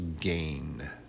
gain